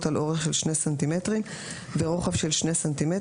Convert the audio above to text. על אורך של שני סנטימטרים ורוחב של שני סנטימטרים.